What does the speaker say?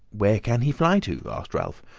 where can he fly to? asked ralph.